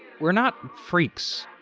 we're not freaks.